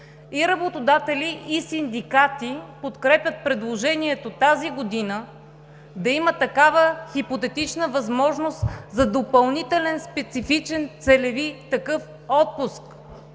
И работодатели, и синдикати подкрепят предложението тази година да има такава хипотетична възможност за допълнителен специфичен целеви такъв отпуск.